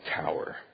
tower